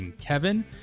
Kevin